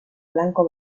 blanco